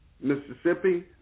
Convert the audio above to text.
Mississippi